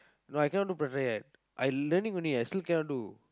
no I cannot do prata yet I learning only I still cannot do